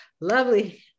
lovely